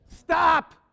stop